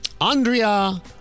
Andrea